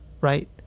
Right